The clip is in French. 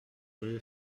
rue